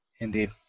Indeed